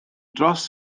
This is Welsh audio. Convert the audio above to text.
dros